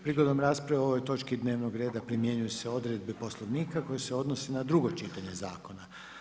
Prigodom rasprave o ovoj točki dnevnog reda primjenjuju se odredbe Poslovnika koje se odnose na drugo čitanje zakona.